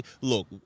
Look